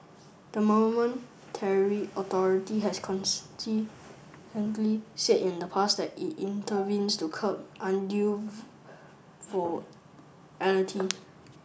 the authority has consistently said in the past that it intervenes to curb undue volatility